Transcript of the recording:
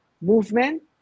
Movement